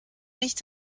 nicht